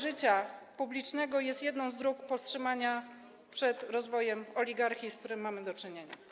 życia publicznego jest jedną z dróg powstrzymania przed rozwojem oligarchii, z którym mamy do czynienia.